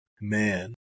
man